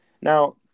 Now